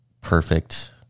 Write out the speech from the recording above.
perfect